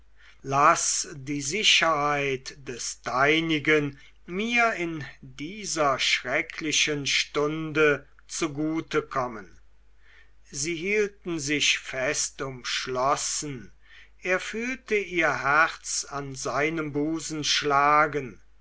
laß die sicherheit des deinigen mir in dieser schrecklichen stunde zugute kommen sie hielten sich fest umschlossen er fühlte ihr herz an seinem busen schlagen